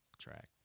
track